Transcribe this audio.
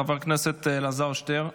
חבר הכנסת אלעזר שטרן.